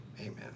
amen